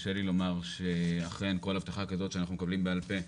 קשה לי לומר שאכן כל הבטחה כזאת שאנחנו מקבלים בעל פה,